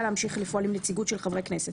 להמשיך לפעול עם נציגות של חברי כנסת.